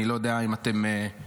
אני לא יודע אם אתם מודעים,